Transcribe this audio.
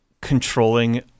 controlling